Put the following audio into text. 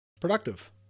Productive